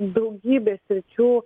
daugybė sričių